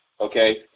Okay